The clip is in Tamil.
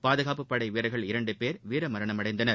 பாதுகாப்புப் படை வீரர்கள் இரண்டு பேர் வீரமரணம் அடைந்தனர்